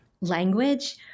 language